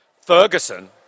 Ferguson